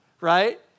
Right